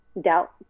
doubt